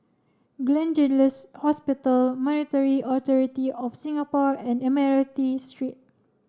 Gleneagles Hospital Monetary Authority Of Singapore and Admiralty Street